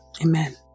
Amen